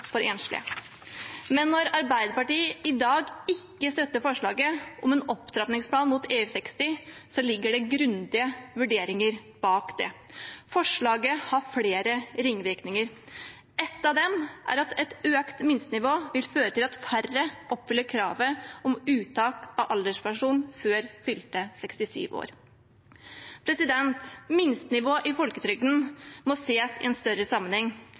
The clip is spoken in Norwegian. for enslige. Men når Arbeiderpartiet i dag ikke støtter forslaget om en opptrappingsplan mot EU60, ligger det grundige vurderinger bak. Forslaget har flere ringvirkninger. En av dem er at økt minstenivå vil føre til at færre oppfyller kravet om uttak av alderspensjon før fylte 67 år. Minstenivået i folketrygden må ses i en større sammenheng